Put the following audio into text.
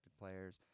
players